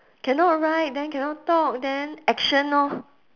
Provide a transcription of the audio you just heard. cannot write then cannot talk then action orh